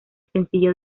sencillo